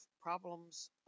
problems